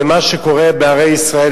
ומה שקורה בערי ישראל,